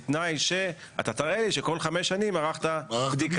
אבל בתנאי שתראה לי שכל חמש שנים ערכת ביקורת.